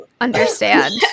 understand